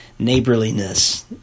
neighborliness